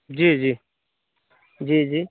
जी जी जी जी